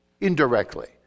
indirectly